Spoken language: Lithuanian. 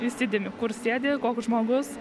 įsidėmiu kur sėdi koks žmogus